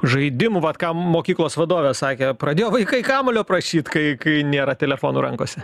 žaidimų vat ką mokyklos vadovė sakė pradėjo vaikai kamuolio prašyt kai kai nėra telefono rankose